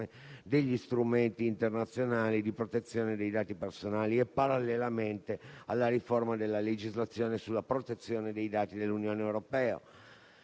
degli strumenti internazionali di protezione dei dati personali e parallelamente alla riforma della legislazione sulla protezione dei dati dell'Unione europea.